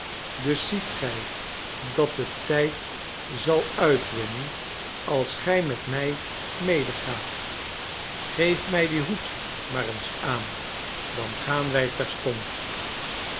dus zietgij dat het tijd zal uitwinnen als gij met mij medegaat geef mij dien hoed maar eens aan dan gaan wij terstond